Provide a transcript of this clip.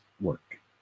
work